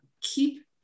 keep